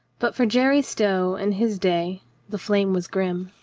but for jerry stow and his day the fl ame was grim.